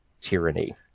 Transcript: tyranny